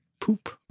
poop